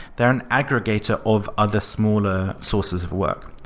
they're an aggregator of other smaller sources of work,